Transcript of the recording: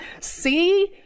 See